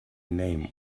name